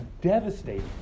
devastating